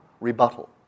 rebuttal